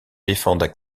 défendent